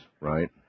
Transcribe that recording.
right